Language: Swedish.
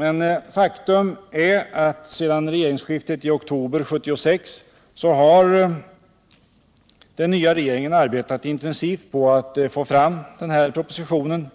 Men faktum är att sedan regeringsskiftet i oktober 1976 har den nya regeringen arbetat intensivt på att få fram den här propositionen.